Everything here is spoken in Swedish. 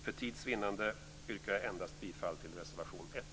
För tids vinnande yrkar jag bifall endast till reservation 1.